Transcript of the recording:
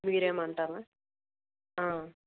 మీరేమంటారు మ్యామ్